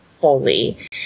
fully